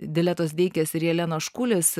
diletos deikės ir jelenos škūlis